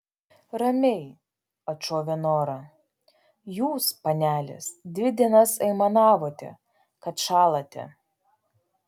ramiai atšovė nora jūs panelės dvi dienas aimanavote kad šąlate